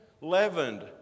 leavened